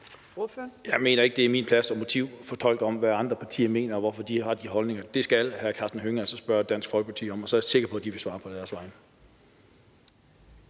Jeg mener ikke, det er min opgave at motivfortolke, hvad andre partier mener, og hvorfor de har de holdninger. Det skal hr. Karsten Hønge altså spørge Dansk Folkeparti om, og så er jeg sikker på, at de vil svare på deres vegne.